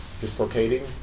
dislocating